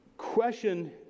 question